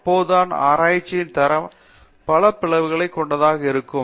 அப்போதுதான் ஆராய்ச்சியின் தரம் பல பிளவுகளை கொண்டதாக இருக்கும்